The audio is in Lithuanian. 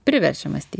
priverčia mąstyti